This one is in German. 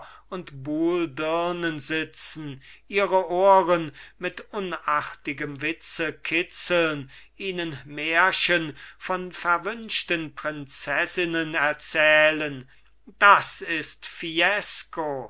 und buhldirnen sitzen ihre ohren mit unartigem witze kitzeln ihnen märchen von verwünschten prinzessinnen erzählen das ist fiesco